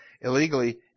illegally